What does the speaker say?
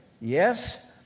Yes